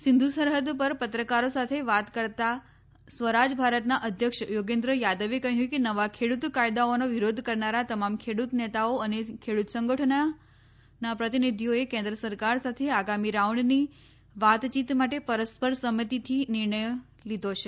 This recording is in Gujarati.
સિંધુ સરહદ પર પત્રકારો સાથે વાત કરતા સ્વરાજ ભારતના અધ્યક્ષ યોગેન્દ્ર યાદવે કહ્યું કે નવા ખેડૂત કાયદાઓનો વિરોધ કરનારા તમામ ખેડૂત નેતાઓ અને ખેડૂત સંગઠનોના પ્રતિનિધિઓએ કેન્દ્ર સરકાર સાથે આગામી રાઉન્ડની વાતચીત માટે પરસ્પર સંમતિથી નિર્ણય લીધો છે